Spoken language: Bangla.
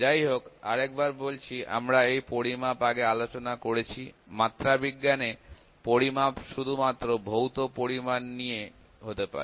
যাই হোক আরেকবার বলছি আমরা এই পরিমাপ আগে আলোচনা করেছি মাত্রাবিজ্ঞানে পরিমাপ শুধুমাত্র ভৌত পরিমাণ নিয়েই হতে পারে